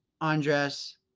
Andres